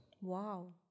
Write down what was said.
Wow